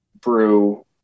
brew